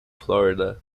florida